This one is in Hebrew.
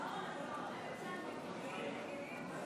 גם אני רוצה להצביע.